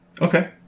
Okay